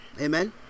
Amen